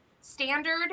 standard